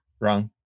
Wrong